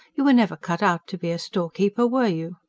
you were never cut out to be a storekeeper, were you?